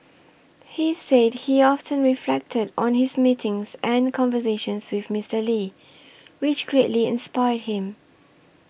he said he often reflected on his meetings and conversations with Mister Lee which greatly inspired him